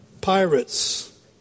pirates